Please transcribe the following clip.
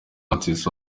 artist